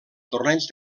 torneig